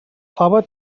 fava